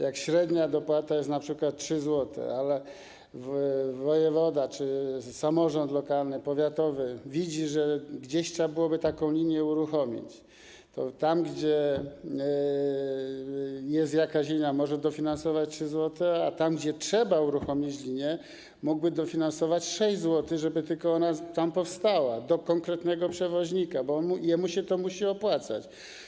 Jak średnia dopłata jest np. 3 zł, ale wojewoda czy samorząd lokalny, powiatowy widzi, że gdzieś trzeba byłoby taką linię uruchomić, to tam, gdzie jest jakaś linia, może dofinansować 3 zł, a tam gdzie trzeba uruchomić linię, mógłby dofinansować 6 zł, żeby tylko ona tam powstała, do konkretnego przewoźnika, bo jemu się to musi opłacać.